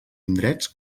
indrets